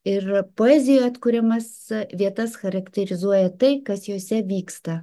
ir poezijoje atkuriamas vietas charakterizuoja tai kas jose vyksta